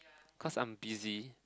cause I'm busy